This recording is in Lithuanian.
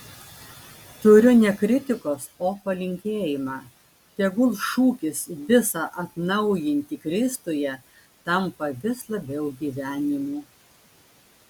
turiu ne kritikos o palinkėjimą tegul šūkis visa atnaujinti kristuje tampa vis labiau gyvenimu